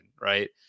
right